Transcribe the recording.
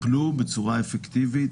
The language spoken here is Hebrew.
טופלו בצורה אפקטיבית